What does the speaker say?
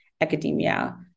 academia